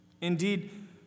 Indeed